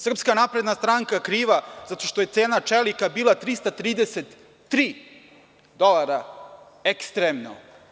Srpska napredna stranka je kriva što je cena čelika bila 333 dolara ekstremno.